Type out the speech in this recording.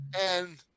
and-